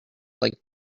like